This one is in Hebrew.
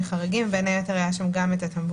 חריגים ובין היתר היו גם הטמבוריות.